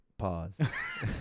Pause